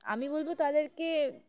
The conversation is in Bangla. আমি বলবো তাদেরকে